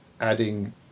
adding